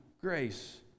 grace